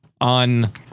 on